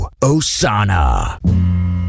Osana